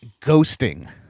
ghosting